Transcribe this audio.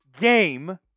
game